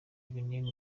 ibinini